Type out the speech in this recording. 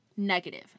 negative